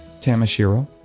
tamashiro